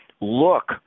look